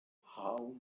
how